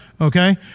okay